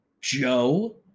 Joe